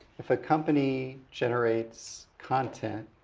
if a company generates content